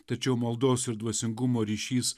tačiau maldos ir dvasingumo ryšys